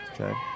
Okay